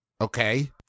okay